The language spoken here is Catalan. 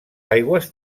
aigües